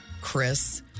Chris